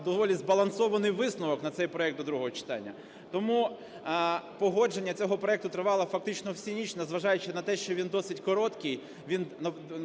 доволі збалансований висновок на цей проект до другого читання. Тому погодження цього проекту тривало фактично всю ніч. Не зважаючи на те, що він досить короткий,